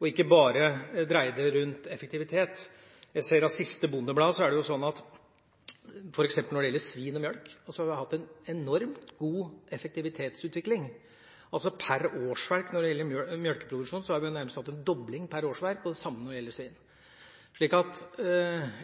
og ikke bare dreie det rundt effektivitet. Jeg ser av siste Bondebladet at f.eks. når det gjelder svin og melk, har vi hatt en enormt god effektivitetsutvikling – når det gjelder melkeproduksjon, har vi nærmest hatt en dobling per årsverk, og det samme når det gjelder svin.